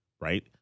Right